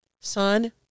son